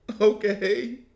Okay